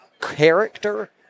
character